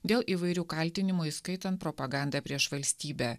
dėl įvairių kaltinimų įskaitant propagandą prieš valstybę